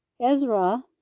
ezra